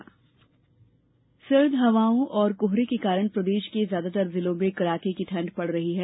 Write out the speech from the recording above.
मौसम सर्द हवाओं और कोहरे के कारण प्रदेश के ज्यादातर जिलों में कड़ाके की ठंड पड़ रही है